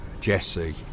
Jesse